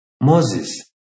Moses